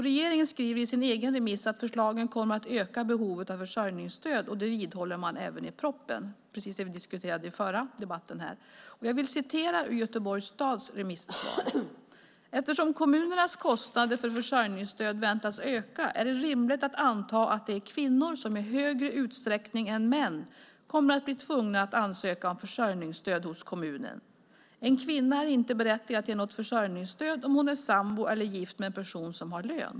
Regeringen skriver i sin egen remiss att förslagen kommer att öka behovet av försörjningsstöd, och det vidhåller man även i propositionen. Det är precis det vi diskuterade i förra debatten här. Jag vill citera ur Göteborgs stads remissvar: "Eftersom kommunernas kostnader för försörjningsstöd väntas öka är det rimligt att anta att det är kvinnor som i högre utsträckning än män kommer att bli tvungna att ansöka om försörjningsstöd hos kommunen. En kvinna är inte berättigad till något försörjningsstöd om hon är sambo eller gift med en person som har lön.